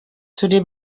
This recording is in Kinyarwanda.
turi